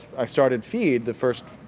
i started feed, the first